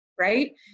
Right